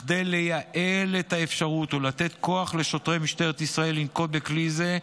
בכדי לייעל את האפשרות ולתת כוח לשוטרי משטרת ישראל לנקוט כלי זה,